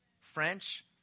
French